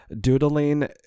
Doodling